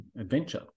adventure